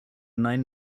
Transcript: nine